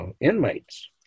inmates